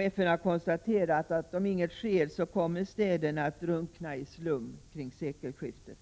FN har konstaterat att om inget sker kommer städerna att drunkna i slum kring sekelskiftet.